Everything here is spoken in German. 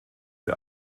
wir